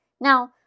Now